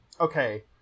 Okay